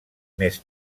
més